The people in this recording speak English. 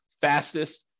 fastest